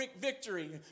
victory